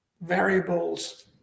variables